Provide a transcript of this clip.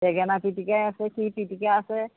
বেঙেনা পিতিকায়ে আছে কি পিতিকা আছে